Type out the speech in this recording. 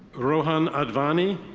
rohan advani.